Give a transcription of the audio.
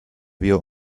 wir